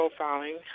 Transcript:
profiling